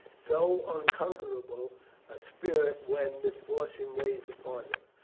so unconquerable a spirit when misfortune weighs upon them.